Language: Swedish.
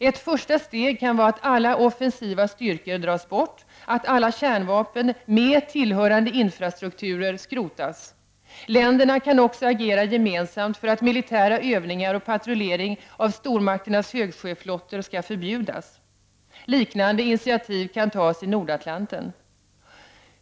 Ett första steg kan vara att alla offensiva styrkor dras bort, att alla kärnvapen med tillhörande infrastruktur skrotas. Länderna kan också agera gemensamt för att militära övningar och patrullering av stormakternas högsjöflottor skall förbjudas. Liknande initiativ kan tas i Nordatlanten.